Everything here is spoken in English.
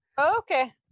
Okay